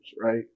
right